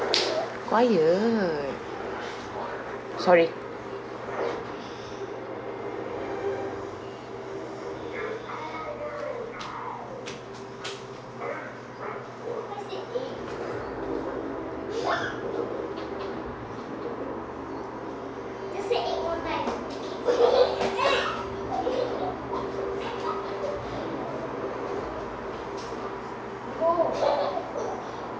quiet sorry